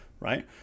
right